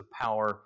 power